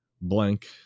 blank